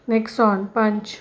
Nexon punch